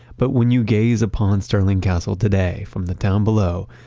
but when you gaze upon stirling castle today from the town below,